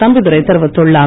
தம்பிதுரை தெரிவித்துள்ளார்